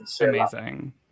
Amazing